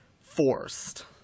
forced